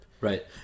Right